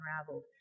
unraveled